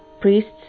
Priests